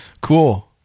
Cool